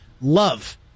love